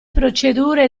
procedure